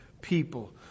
people